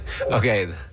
Okay